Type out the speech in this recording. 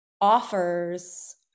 offers